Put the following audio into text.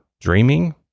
dreaming